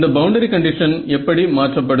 இந்த boundary condition எப்படி மாற்றப்படும்